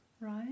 right